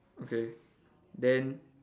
okay then